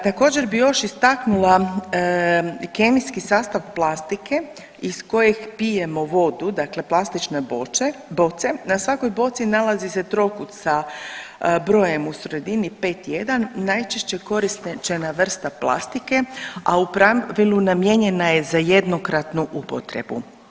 Također bi još istaknula kemijski sastav plastike iz kojeg pijemo vodu, dakle plastične boce, na svakoj boci nalazi se trokut sa brojem u sredini 51 najčešće korišćena vrsta plastike, a u pravilu namijenjena je za jednokratnu upotrebu.